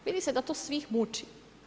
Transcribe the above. Vidi se da to sve muči.